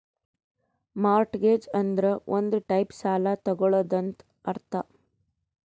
mortgage ಅಂದುರ್ ಒಂದ್ type ಸಾಲ ತಗೊಳದಂತ್ ಅರ್ಥ